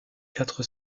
quatre